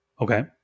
Okay